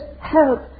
help